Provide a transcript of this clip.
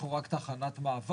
אנחנו רק תחנת מעבר?